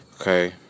Okay